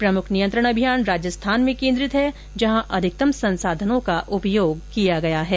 प्रमुख नियंत्रण अभियान राजस्थान में केन्द्रित है जहां अधिकतम संसाधनों का उपयोग किया गया है